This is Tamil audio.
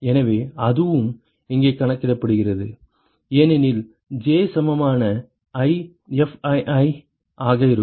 எனவே அதுவும் இங்கே கணக்கிடப்படுகிறது ஏனெனில் J சமமான i Fii ஆக இருக்கும்